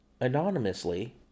anonymously